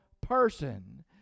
person